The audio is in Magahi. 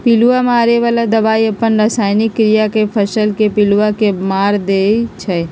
पिलुआ मारे बला दवाई अप्पन रसायनिक क्रिया से फसल के पिलुआ के मार देइ छइ